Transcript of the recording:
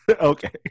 okay